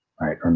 right